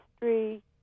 history